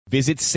Visit